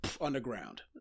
underground